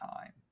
time